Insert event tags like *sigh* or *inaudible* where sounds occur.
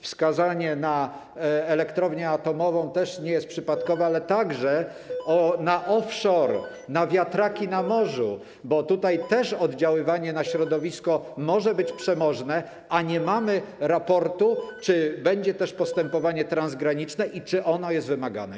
Wskazanie na elektrownię atomową też nie jest przypadkowe, *noise* ale także na offshore, na wiatraki na morzu, bo tutaj również oddziaływanie na środowisko może być przemożne, a nie mamy raportu, czy będzie postępowanie transgraniczne i czy ono jest wymagane.